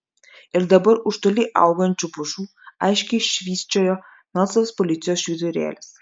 ir dabar už toli augančių pušų aiškiai švysčiojo melsvas policijos švyturėlis